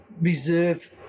reserve